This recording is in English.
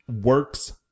works